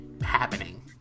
happening